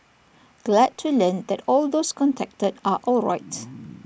glad to learn that all those contacted are alright